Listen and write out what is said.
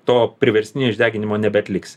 to priverstinio išdeginimo nebeatliksi